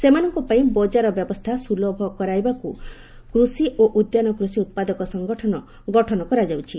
ସେମାନଙ୍କ ପାଇଁ ବଜାର ବ୍ୟବସ୍ଥା ସୁଲଭ କରାଇବାକୁ କୃଷି ଏବଂ ଉଦ୍ୟାନ କୃଷି ଉତ୍ପାଦକ ସଂଗଠନ ଗଠନ କରାଯାଉଛି